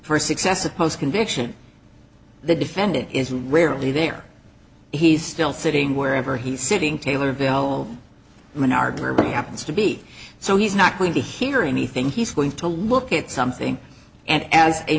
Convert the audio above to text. for successive post conviction the defendant is rarely there he's still sitting wherever he's sitting taylorsville woman are derby happens to be so he's not going to hear anything he's going to look at something and as a